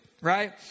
right